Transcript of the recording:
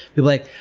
people are like,